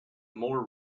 more